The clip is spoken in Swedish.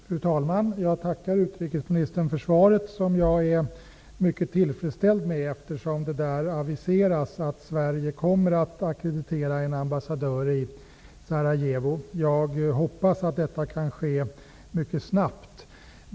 Fru talman! Jag tackar utrikesministern för svaret. Det var mycket tillfredsställande, eftersom det där aviseras att Sverige kommer att ackreditera en ambassadör i Sarajevo. Jag hoppas att detta kan ske mycket snabbt.